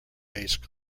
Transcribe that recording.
based